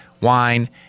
wine